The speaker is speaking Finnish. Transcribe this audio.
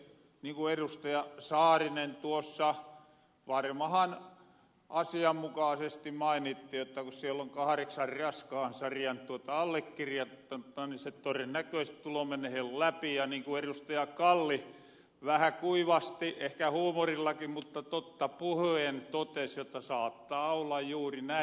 niin kun erustaja saarinen tuossa varmahan asianmukaasesti mainitti kun siellä on kahreksan raskaan sarjan allekirjottanutta niin se torennäkösesti tuloo menehen läpi niin kun erustaja kalli vähä kuivasti ehkä huumorillakin mutta totta puhuen totesi jotta saattaa olla juuri näin